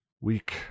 weak